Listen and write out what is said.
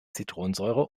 zitronensäure